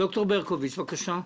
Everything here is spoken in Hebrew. ד"ר ברקוביץ, בבקשה.